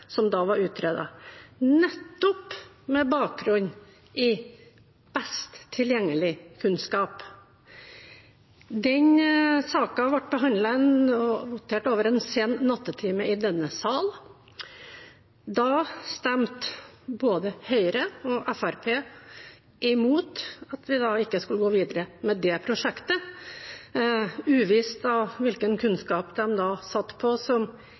som da var utredet, nettopp med bakgrunn i best tilgjengelig kunnskap. Den saken ble behandlet og votert over en sen nattetime i denne sal. Da stemte både Høyre og Fremskrittspartiet imot, at vi da ikke skulle gå videre med det prosjektet – det er uvisst hvilken kunnskap de satt på som ikke den rød-grønne regjeringen satt på.